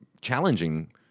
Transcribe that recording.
challenging